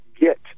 get